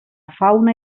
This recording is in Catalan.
fauna